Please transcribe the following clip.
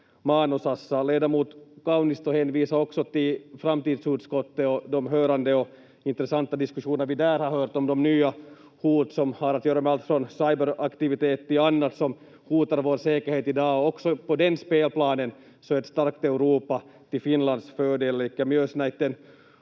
maanosassa. Ledamot Kaunisto hänvisade också till framtidsutskottet och de höranden och intressanta diskussioner vi där har hört om de nya hot som har att göra med allt från cyberaktivitet till annat som hotar vår säkerhet i dag. Också på den spelplanen är ett starkt Europa till Finlands fördel.